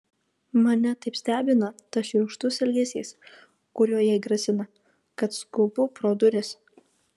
mane taip stebina tas šiurkštus elgesys kuriuo jai grasina kad skubu pro duris